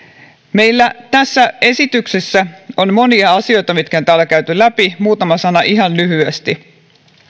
meillä tässä esityksessä on monia asioita mitkä on täällä käyty läpi muutama sana ihan lyhyesti